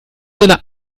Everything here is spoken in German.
seine